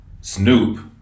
Snoop